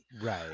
right